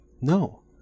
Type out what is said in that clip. No